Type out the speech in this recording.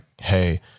hey